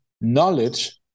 knowledge